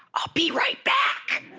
i'll be right back!